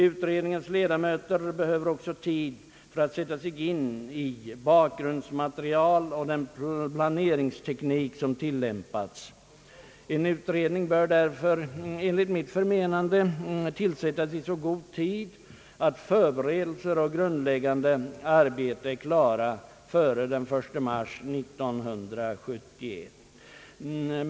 Utredningens ledamöter behöver också tid för att sätta sig in i bakgrundsmaterialet och den planeringsteknik som tillämpas. En utredning bör därför enligt min mening tillsättas i så god tid att förberedelser och grundläggande arbeten är klara före den 1 mars 1971.